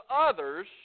others